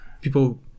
people